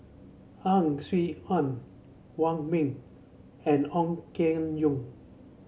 Ang Swee Aun Wong Ming and Ong Keng Yong